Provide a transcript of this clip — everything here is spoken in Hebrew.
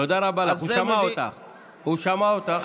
תודה רבה לך, הוא שמע אותך.